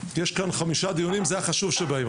יש כאן חמישה דיונים וזה החשוב שבהם.